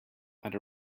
and